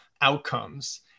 outcomes